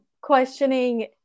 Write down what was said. questioning